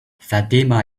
fatima